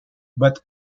but